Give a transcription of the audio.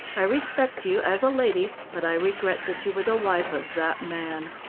i respect you as a lady, but i regret that you were the wife of that man.